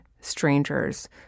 strangers